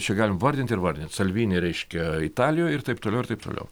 čia galim vardint ir vardint salvini reiškia italijoj ir taip toliau ir taip toliau